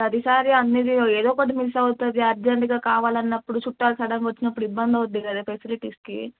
ప్రతిసారి అన్ని వియో ఏదో ఒకటి మిస్ అవుతుంది అర్జెంటుగా కావాలి అన్నప్పుడు చుట్టాలు సడన్గా వచ్చినప్పుడు ఇబ్బంది అవుతుంది కదే ఫెసిలిటీస్కి